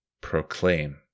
Proclaim